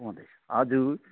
हजुर